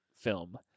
film